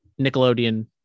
Nickelodeon